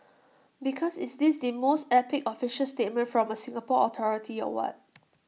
because is this the most epic official statement from A Singapore authority or what